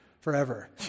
forever